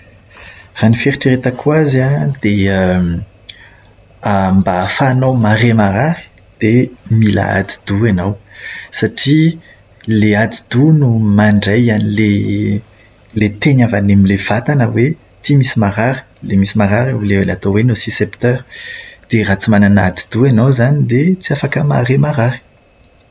Raha ny fieritreretako azy an, dia mba ahafahanao mahare marary, dia mila atidoha ianao. Satria ilay atidoha no mandray an'ilay ilay teny avy any amin'ilay vatana hoe ity misy marary. Misy marary ao amin'ilay atao hoe "nocicepteur". Dia raha tsy manana atidoha ianao izany dia tsy afaka mahare marary.